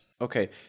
Okay